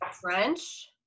French